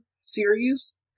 series